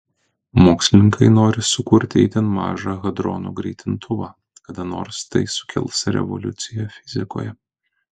mokslininkai nori sukurti itin mažą hadronų greitintuvą kada nors tai sukels revoliuciją fizikoje